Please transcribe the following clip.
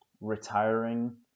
retiring